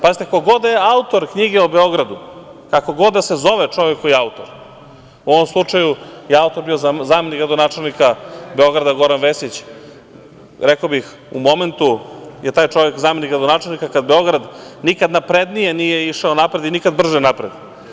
Pazite, ko god da je autor knjige o Beogradu, kako god da se zove čovek koji je autor, u ovom slučaju autor je bio zamenik gradonačelnika Beograda, Goran Vesić, rekao bih u momentu je taj čovek zamenik gradonačelnika kad Beograd nikad naprednije nije išao napred i nikad brže napred.